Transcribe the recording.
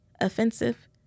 offensive